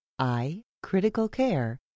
icriticalcare